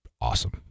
awesome